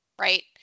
right